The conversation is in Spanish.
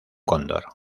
cóndor